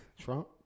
Trump